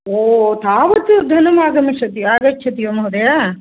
ओ तावत् धनमागमिष्यति वा आगच्छति वा महोदय